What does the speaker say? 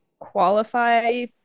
qualify